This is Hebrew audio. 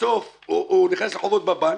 בסוף הוא נכנס לחובות בבנק,